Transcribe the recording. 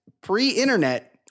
pre-internet